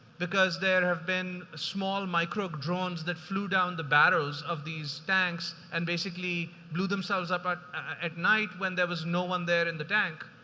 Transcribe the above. because there have been a small micro drones that flew down the barrels of these tanks and basically blew themselves up but at night when there was no one there in the tank.